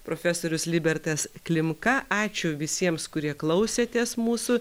profesorius libertas klimka ačiū visiems kurie klausėtės mūsų